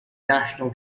national